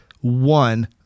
one